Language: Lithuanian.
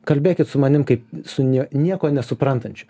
kalbėkit su manim kaip su ne nieko nesuprantančiu